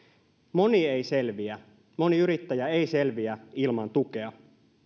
moni ei selviä moni yrittäjä ei selviä ilman tukea